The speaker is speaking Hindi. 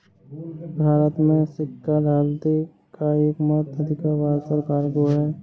भारत में सिक्का ढालने का एकमात्र अधिकार भारत सरकार को है